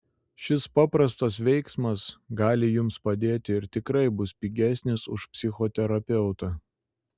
šis paprastas veiksmas gali jums padėti ir tikrai bus pigesnis už psichoterapeutą